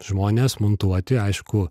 žmonės montuoti aišku